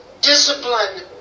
discipline